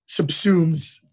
subsumes